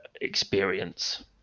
experience